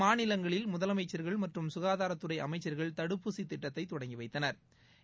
மாநிலங்களில் முதலமைச்சா்கள் மற்றும் சுகாதாரத்துறை அமைச்சா்கள் தடுப்பூசி திட்டத்தை தொடங்கி வைத்தனா்